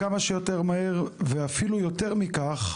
כמה שיותר מהר ואפילו יותר מכך,